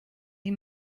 die